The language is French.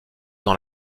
dans